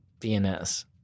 BNS